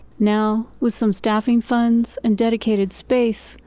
now, with some staffing funds and dedicated space,